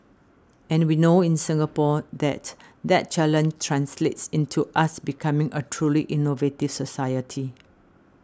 and we know in Singapore that that challenge translates into us becoming a truly innovative society